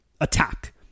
attack